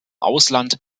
ausland